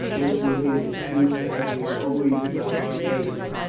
this will be an excuse for having you always about my person.